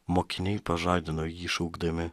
mokiniai pažadino jį šaukdami